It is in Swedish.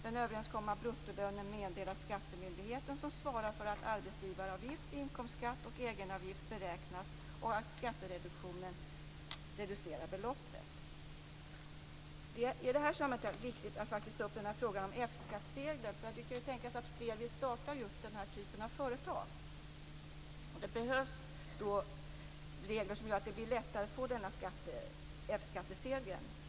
Den överenskomna bruttolönen meddelas skattemyndigheten som svarar för att arbetsgivaravgift, inkomstskatt och egenavgift beräknas och att skattereduktionen reducerar beloppet. I det här sammanhanget är det faktiskt viktigt att ta upp frågan om F-skattsedel. Det kan tänkas att fler vill starta den här typen av företag. Det behövs då regler som gör det lättare att få denna F-skattsedel.